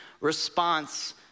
response